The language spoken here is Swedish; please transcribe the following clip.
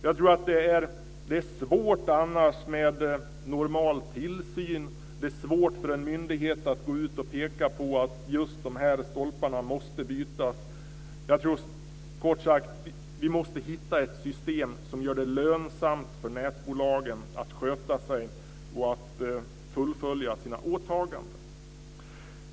Jag tror att det är svårt med normal tillsyn. Det är svårt för en myndighet att gå ut och peka på att just de här stolparna måste bytas. Vi måste kort sagt hitta ett system som gör det lönsamt för nätbolagen att sköta sig och att fullfölja sina åtaganden.